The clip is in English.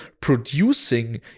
producing